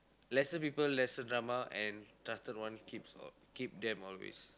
lesser people lesser drama and trusted one keeps keep them always